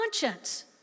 conscience